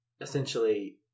essentially